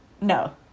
no